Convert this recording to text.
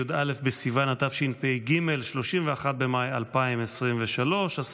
י"א בסיוון התשפ"ג (31 במאי 2023) ירושלים,